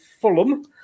fulham